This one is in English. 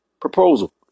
Proposal